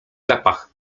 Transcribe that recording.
zapach